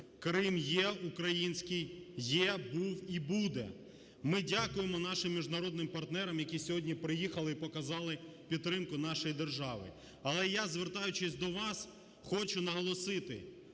"Крим є український! Є, був і буде!". Ми дякуємо нашим міжнародним партнерам, які сьогодні приїхали і показали підтримку нашої держави. Але я, звертаючись до вас, хочу наголосити,